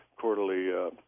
quarterly